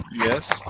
yes.